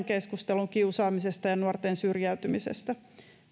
keskustelun kiusaamisesta ja nuorten syrjäytymisestä